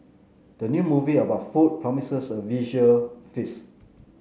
the new movie about food promises a visual feast